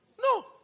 No